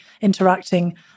interacting